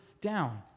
down